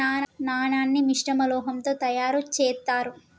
నాణాన్ని మిశ్రమ లోహంతో తయారు చేత్తారు